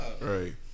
Right